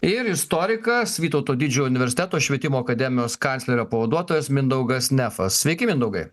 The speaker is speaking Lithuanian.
ir istorikas vytauto didžiojo universiteto švietimo akademijos kanclerio pavaduotojas mindaugas nefas sveiki mindaugai